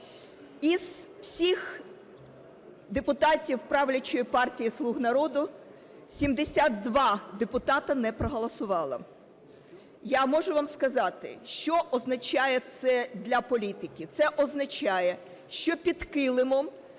Із всіх депутатів правлячої партії "Слуга народу" 72 депутати не проголосували. Я можу вам сказати, що означає це для політики. Це означає, що під килимом